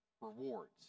rewards